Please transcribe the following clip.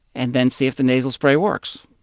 and then see if the nasal spray works